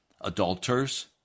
adulterers